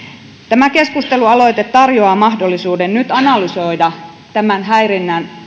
tämä keskustelualoite tarjoaa mahdollisuuden nyt analysoida tämän häirinnän